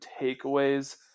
takeaways